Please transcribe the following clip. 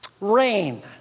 rain